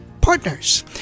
Partners